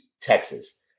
Texas